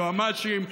ליועמ"שים,